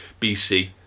BC